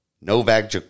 Novak